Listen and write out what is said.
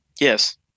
Yes